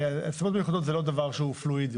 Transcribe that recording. נסיבות מיוחדות זה לא דבר שהוא פלואידי.